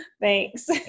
Thanks